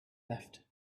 left